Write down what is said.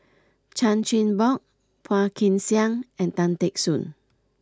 Chan Chin Bock Phua Kin Siang and Tan Teck Soon